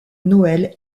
noël